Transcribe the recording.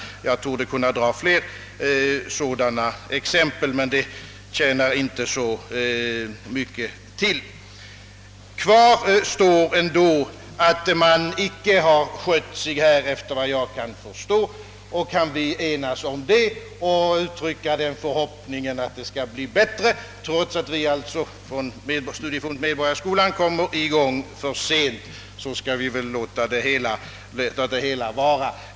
Jag torde kunna anföra fler sådana exempel, men det skulle inte tjäna mycket till. Kvar står ändå det faktum att man, efter vad jag kan förstå, inte har skött sig. Kan vi enas om det och uttrycka förhoppningen att det skall bli bättre, trots att vi i Medborgarskolan alltså kommer i gång för sent, skall vi väl låta det hela bero därvid.